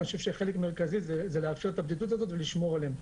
אני חושב שחלק מרכזי זה לאפשר את הבדידות הזאת ולשמור עליהם.